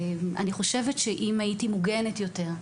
אני חושבת שאם הייתי מוגנת יותר,